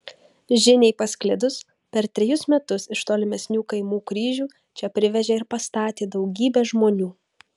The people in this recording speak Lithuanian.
žiniai pasklidus per trejus metus iš tolimesnių kaimų kryžių čia privežė ir pastatė daugybė žmonių